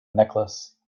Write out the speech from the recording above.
necklace